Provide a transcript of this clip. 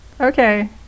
Okay